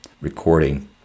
recording